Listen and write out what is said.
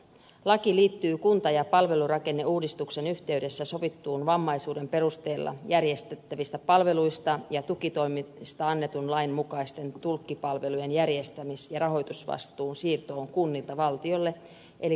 laki liittyy kunta ja palvelurakenneuudistuksen yhteydessä sovittuun vammaisuuden perusteella järjestettävistä palveluista ja tukitoimista annetun lain mukaisten tulkkipalvelujen järjestämis ja rahoitusvastuun siirtoon kunnilta valtiolle eli kansaneläkelaitokselle